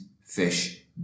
fish